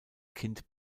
kind